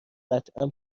قطعا